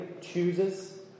chooses